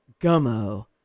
Gummo